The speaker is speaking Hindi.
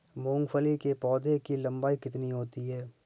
मूंगफली के पौधे की लंबाई कितनी होती है?